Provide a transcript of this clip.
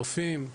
רופאים,